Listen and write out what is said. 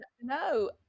No